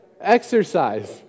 exercise